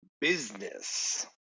Business